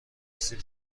سیب